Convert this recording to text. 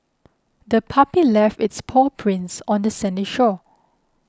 the puppy left its paw prints on the sandy shore